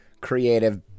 creative